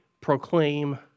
proclaim